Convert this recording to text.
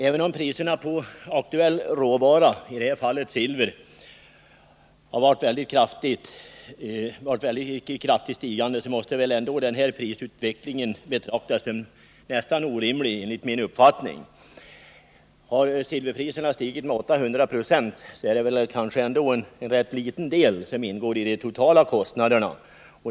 Även om priserna på aktuell råvara — silver — har varit mycket kraftigt stigande, måste denna prisutveckling enligt min uppfattning betraktas som nästan orimlig. Silver 35 priserna har visserligen stigit med 800 96, men kostnaden för silvret utgör ändå en ganska liten del av de totala kostnaderna.